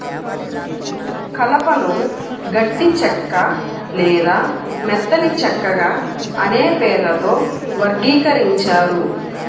కలపను గట్టి చెక్క లేదా మెత్తని చెక్కగా అనే పేర్లతో వర్గీకరించారు